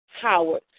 Howard